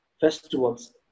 festivals